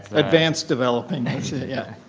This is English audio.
advanced developing. that's it, yeah.